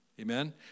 Amen